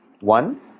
One